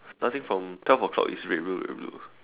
starting from twelve o clock I red blue red blue